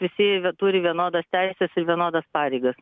visi vi turi vienodas teises ir vienodas pareigas